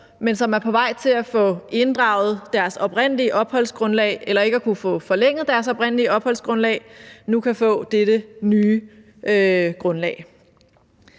men som er på vej til at få inddraget deres oprindelige opholdsgrundlag eller til ikke at kunne få forlænget deres oprindelige opholdsgrundlag, nu kan få dette nye grundlag.